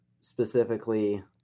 specifically